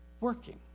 working